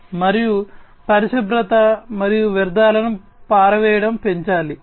మరియు పరిశుభ్రత మరియు వ్యర్థాలను పారవేయడం పెంచాలి